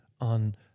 on